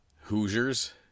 Hoosiers